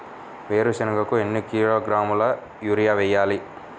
వేరుశనగకు ఎన్ని కిలోగ్రాముల యూరియా వేయాలి?